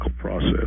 process